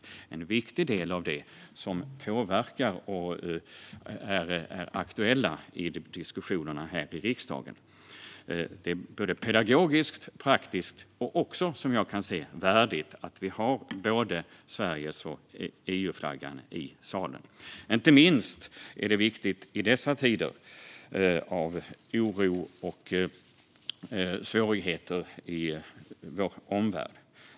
Det utgör en viktig del av det som påverkar och är aktuellt i diskussionerna här i riksdagen. Det är pedagogiskt, praktiskt och också värdigt, som jag ser det, att vi har både Sveriges flagga och EU-flaggan i salen. Det är viktigt inte minst i dessa tider av oro och svårigheter i vår omvärld.